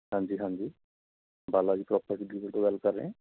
ਹਾਂਜੀ ਹਾਂਜੀ Bala ji property dealer ਤੋਂ ਗੱਲ ਕਰ ਰਹੇ